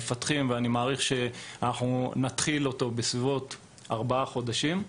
ואני מעריך שנתחיל בעוד כארבעה חודשים.